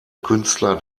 künstler